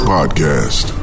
Podcast